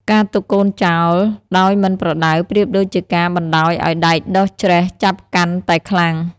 ការទុកកូនចោលដោយមិនប្រដៅប្រៀបដូចជាការបណ្ដោយឱ្យដែកដុះច្រែះចាប់កាន់តែខ្លាំង។